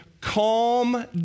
calm